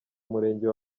murenge